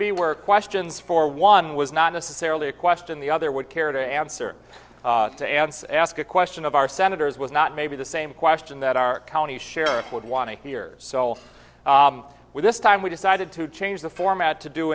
be where questions for one was not necessarily a question the other would care to answer the answer ask a question of our senators was not maybe the same question that our county sheriff would want to hear so with this time we decided to change the format to do